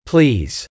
Please